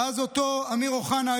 ואז אותו אמיר אוחנה,